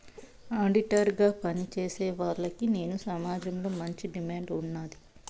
auditor గా పని చేసేవాల్లకి నేడు సమాజంలో మంచి డిమాండ్ ఉన్నాది